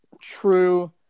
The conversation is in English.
true